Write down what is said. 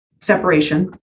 separation